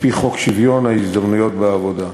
על-פי חוק שוויון ההזדמנויות בעבודה.